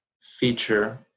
feature